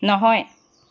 নহয়